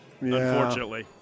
unfortunately